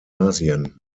asien